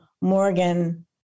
Morgan